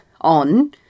on